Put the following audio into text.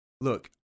look